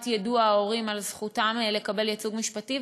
יידוע ההורים על זכותם לקבל ייצוג משפטי,